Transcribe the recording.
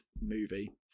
movie